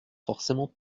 forcément